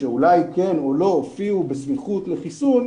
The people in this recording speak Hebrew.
שאולי כן או לא הופיעו בסמיכות לחיסון.